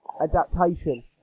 adaptation